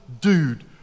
dude